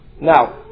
Now